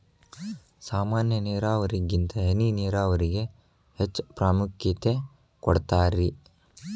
ಸಾಮಾನ್ಯ ನೇರಾವರಿಗಿಂತ ಹನಿ ನೇರಾವರಿಗೆ ಹೆಚ್ಚ ಪ್ರಾಮುಖ್ಯತೆ ಕೊಡ್ತಾರಿ